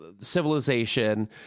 civilization